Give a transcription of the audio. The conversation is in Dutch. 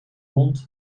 mond